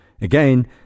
Again